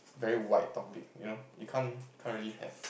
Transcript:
very wide topic you know you can't you can't really have